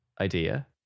idea